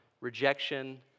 rejection